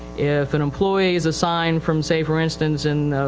if an employee is assigned from say for instance in,